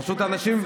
פשוט אנשים,